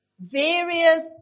various